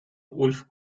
wolf